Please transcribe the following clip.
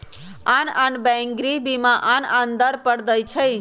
आन आन बैंक गृह बीमा आन आन दर पर दइ छै